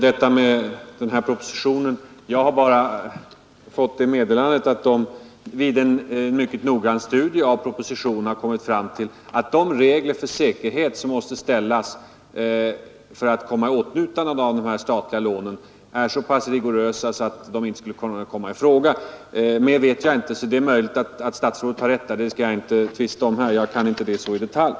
Herr talman! Jag har bara fått meddelandet att man vid en mycket noggrann studie av propositionen har kommit fram till att de regler för äkerhet som man måste ställa för att komma i åtnjutande av de statliga lånen är så pass rigorösa att de lånen inte kan komma i fråga. Mer vet jag inte, så det är möjligt att statsrådet har rätt. Det skall jag inte tvista om här. Jag känner inte till det i detalj.